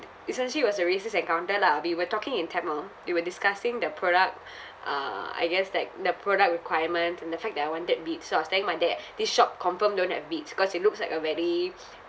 essentially it was a racist encounter lah we were talking in tamil we were discussing the product uh I guess like the product requirement and the fact that I wanted Beats so I was telling my dad this shop confirm don't have Beats cause it looks like a very